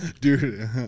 Dude